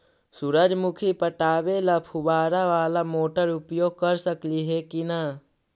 सुरजमुखी पटावे ल फुबारा बाला मोटर उपयोग कर सकली हे की न?